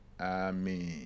amen